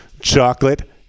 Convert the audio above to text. chocolate